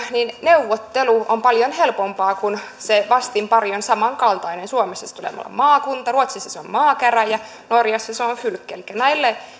neuvottelu on paljon helpompaa kun se vastinpari on samankaltainen suomessa se tulee olemaan maakunta ruotsissa se on maakäräjät norjassa se on fylke elikkä